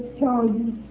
charges